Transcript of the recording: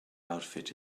outfit